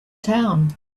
town